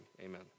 Amen